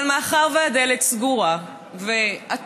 אבל מאחר שהדלת סגורה ואטומה,